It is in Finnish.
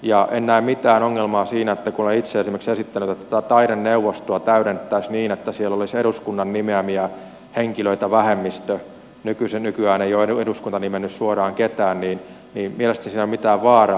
en näe mitään ongelmaa siinä että olen itse esimerkiksi esittänyt että taideneuvostoa täydennettäisiin niin että siellä olisi eduskunnan nimeämiä henkilöitä vähemmistö nykyään ei ole eduskunta nimennyt suoraan ketään mielestäni siinä ei ole mitään vaaraa